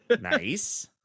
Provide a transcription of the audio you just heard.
Nice